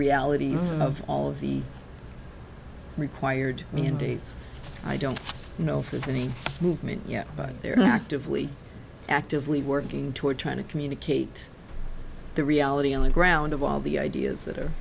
realities of all of the required i mean dates i don't know if there's any movement yet but they're actively actively working toward trying to communicate the reality on the ground of all the ideas that